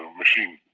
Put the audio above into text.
machine,